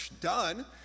done